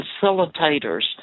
facilitators